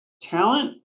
talent